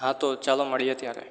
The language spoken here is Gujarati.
હા તો ચાલો મળીએ ત્યારે